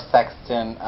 Sexton